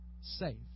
safe